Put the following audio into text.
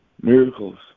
Miracles